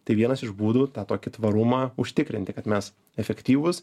tai vienas iš būdų tą tokį tvarumą užtikrinti kad mes efektyvūs